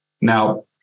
Now